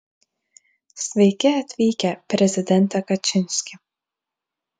sveiki atvykę prezidente kačinski